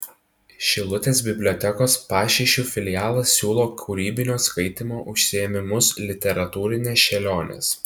šilutės bibliotekos pašyšių filialas siūlo kūrybinio skaitymo užsiėmimus literatūrinės šėlionės